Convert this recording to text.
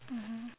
mmhmm